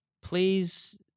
please